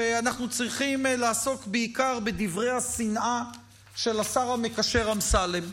שאנחנו צריכים לעסוק בעיקר בדברי השנאה של השר המקשר אמסלם.